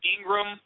Ingram